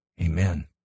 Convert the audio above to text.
Amen